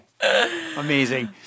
Amazing